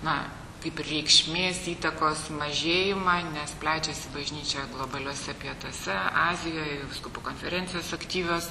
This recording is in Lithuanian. na kaip ir reikšmės įtakos mažėjimą nes plečiasi bažnyčia globaliuose pietuose azijoj vyskupų konferencijos aktyvios